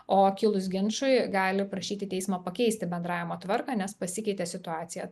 o kilus ginčui gali prašyti teismo pakeisti bendravimo tvarką nes pasikeitė situacija